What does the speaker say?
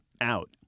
out